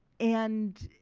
and,